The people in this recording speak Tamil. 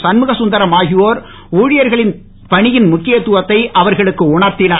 சண்முக சுந்தரம் ஆகியோர் பல் பணி ஊழியர்களின் பணியின் முக்கியத்துவத்தை அவர்களுக்கு உணர்த்தினர்